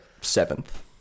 seventh